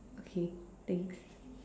okay thanks